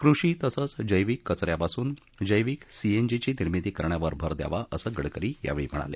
कृषी तसंच जैविक कच यापासून जैविक सीएनजीची निर्मिती करण्यावर भर द्यावा असं गडकरी यावेळी म्हणाले